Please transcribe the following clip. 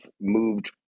moved